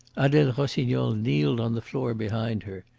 adele rossignol kneeled on the floor behind her.